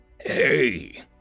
Hey